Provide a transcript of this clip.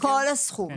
את כל הסכום.